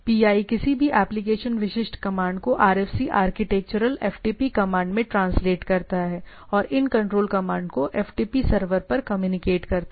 pi किसी भी application विशिष्ट कमांड को RFC आर्किटेक्चरल FTP कमांड में ट्रांसलेट करता है और इन कंट्रोल कमांड को FTP सर्वर पर कम्युनिकेट करता है